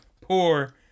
poor